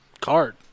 card